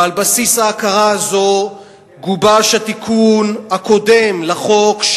ועל בסיס ההכרה הזאת גובש התיקון הקודם לחוק,